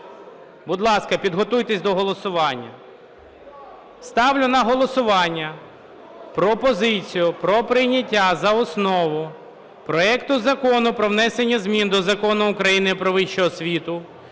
Будь ласка, підготуйтесь до голосування. Ставлю на голосування пропозицію про прийняття за основу проекту Закону про внесення змін до Закону України "Про вищу освіту"